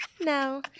No